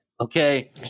Okay